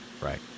Right